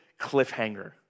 cliffhanger